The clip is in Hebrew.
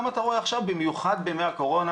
אתה רואה עכשיו במיוחד בימי הקורונה,